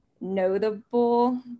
notable